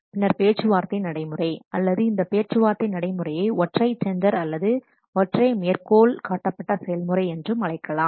பின்னர் பேச்சுவார்த்தை நடைமுறை அல்லது இந்த பேச்சுவார்த்தை நடைமுறையை ஒற்றைத் டெண்டர் அல்லது ஒற்றை மேற்கோள் காட்டப்பட்ட செயல்முறை என்றும் அழைக்கலாம்